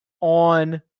on